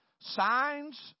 Signs